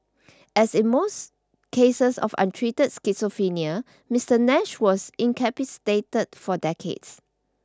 as in most cases of untreated schizophrenia Mister Nash was incapacitated for decades